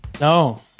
No